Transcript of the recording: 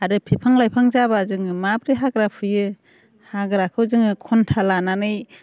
आरो बिफां लाइफां जाबा जोङो माब्रै हाग्रा फुयो हाग्राखौ जोङो खन्था लानानै